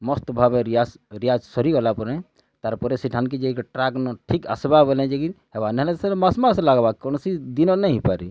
ମସ୍ତ୍ ଭାବେ ରିଆଜ୍ ସରିଗଲା ପରେ ତାର୍ ପରେ ସେଠାନ୍ କେ ଯାଇ ଟ୍ରାକ୍ ନ ଠିକ୍ ଆସ୍ବା ବୋଲେ ଯାଇକରି ହେବା ନହେଲେ ମସ୍ ମସ୍ ଲାଗ୍ବା କୌଣସି ଦିନ ନାଇହେଇପାରି